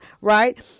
right